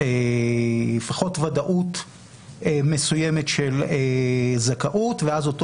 לפחות ודאות מסוימת של זכאות ואז אותו